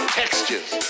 textures